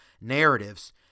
narratives